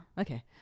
Okay